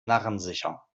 narrensicher